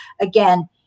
again